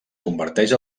converteix